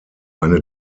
eine